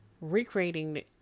recreating